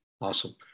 Awesome